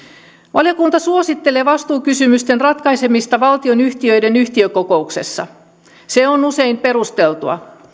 valiokunta suosittelee vastuukysymysten ratkaisemista valtionyhtiöiden yhtiökokouksessa se on usein perusteltua